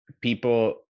people